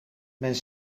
men